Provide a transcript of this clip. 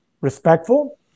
Respectful